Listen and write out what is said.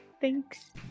Thanks